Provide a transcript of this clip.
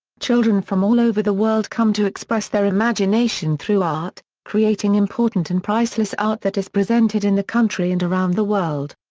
children from all over the world come to express their imagination through art, creating important and priceless art that is presented in the country and around the world.